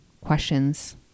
questions